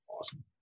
Awesome